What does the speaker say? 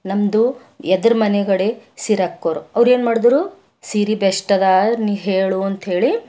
ನಮ್ಮದು ಎದ್ರು ಮನೆಗಡೆ ಸಿರಕ್ಕೋರು ಅವ್ರೇನು ಮಾಡಿದ್ರು ಸೀರೆ ಬೆಸ್ಟ್ ಅದ ನೀನು ಹೇಳು ಅಂಥೇಳಿ